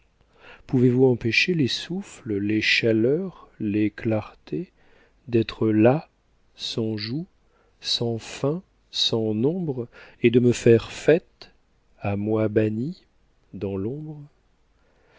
pouvez-vous empêcher les souffles les chaleurs les clartés d'être là sans joug sans fin sans nombre et de me faire fête à moi banni dans l'ombre